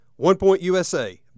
OnePointUSA